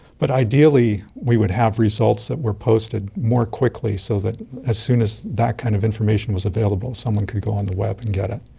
but ideally we would have results that were posted more quickly so that as soon as that kind of information was available someone could go on the web and get it.